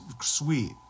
sweet